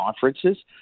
conferences